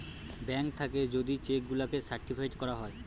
bank থাকে যদি cheque গুলাকে সার্টিফাইড করা যায়